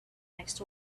next